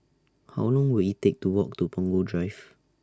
How Long Will IT Take to Walk to Punggol Drive